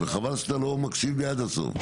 וחבל שאתה לא מקשיב לי עד הסוף.